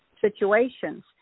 situations